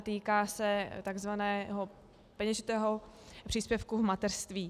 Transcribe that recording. Týká se takzvaného peněžitého příspěvku v mateřství.